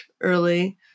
early